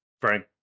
Frank